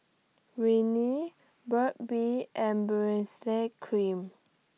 Rene Burt's Bee and Cream